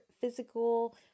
physical